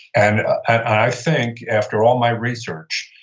and i think, after all my research,